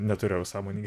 neturėjau sąmoningai